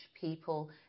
people